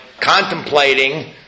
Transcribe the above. contemplating